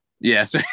yes